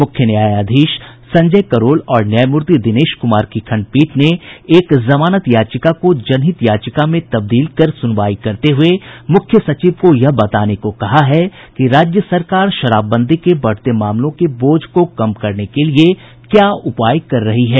मुख्य न्यायाधीश संजय करोल और न्यायमूर्ति दिनेश कुमार की खंडपीठ ने एक जमानत याचिका को जनहित याचिका में तब्दील कर सुनवाई करते हुये मुख्य सचिव को यह बताने को कहा है कि राज्य सरकार शराबबंदी के बढ़ते मामलों के बोझ को कम करने के लिए क्या उपाय कर रही है